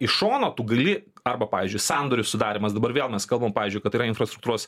iš šono tu gali arba pavyzdžiui sandorių sudarymas dabar vėl mes kalbam pavyzdžiui kad yra infrastruktūros